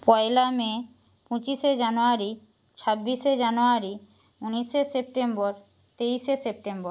পয়লা May পঁচিশে January ছাব্বিশে January উনিশে সেপ্টেম্বর তেইশে সেপ্টেম্বর